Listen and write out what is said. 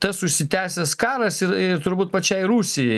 tas užsitęsęs karas ir ir turbūt pačiai rusijai